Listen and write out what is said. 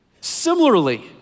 Similarly